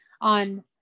on